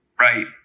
Right